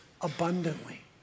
abundantly